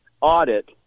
audit